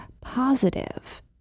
positive